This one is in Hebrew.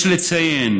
יש לציין